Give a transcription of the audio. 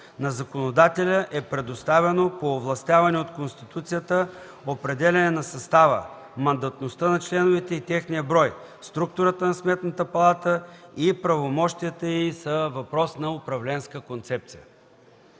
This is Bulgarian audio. на законодателя е предоставено по овластяване от Конституцията определяне на състава, мандатността на членовете и техния брой, структурата на Сметната палата и правомощията й са въпрос на управленска концепция.